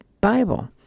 Bible